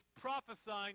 prophesying